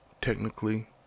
Technically